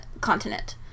continent